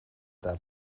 their